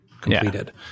completed